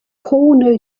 cornell